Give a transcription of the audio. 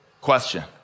Question